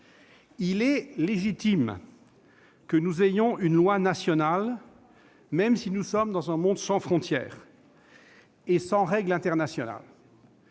Il est légitime que nous nous dotions d'une loi nationale, même si nous vivons dans un monde sans frontières et sans règles internationales.